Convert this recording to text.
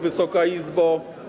Wysoka Izbo!